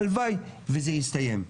הלוואי וזה יסתיים.